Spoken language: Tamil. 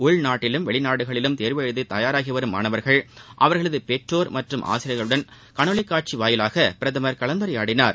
உள்நாட்டிலும் வெளிநாடுகளிலும் தேர்வு எழுத தயாராகி வரும் மாணவர்கள் அவர்களது பெற்றோர் மற்றம் ஆசிரியர்களுடன் காணொலி காட்சி வாயிலாக பிரதமர் கலந்துரையாடினார்